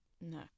No